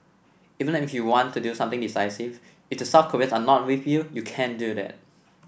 even if you want to do something decisive if the South Koreans are not with you you can't do that